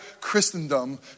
Christendom